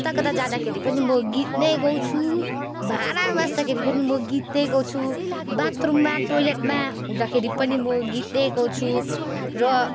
कता कता जाँदाखेरि पनि म गीत नै गाउँछु भाँडा माझ्दाखेरि पनि म गीतै गाउँछु बाथरुममा टोइलेटमा हुँदाखेरि पनि म गीतै गाउँछु र